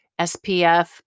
SPF